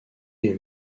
est